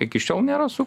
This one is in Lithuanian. iki šiol nėra su